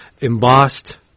embossed